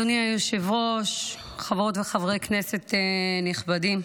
אדוני היושב-ראש, חברות וחברי כנסת נכבדים,